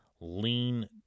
lean